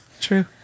True